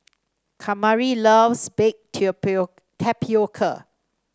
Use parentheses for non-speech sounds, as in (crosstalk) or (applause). Kamari loves Baked (unintelligible) Tapioca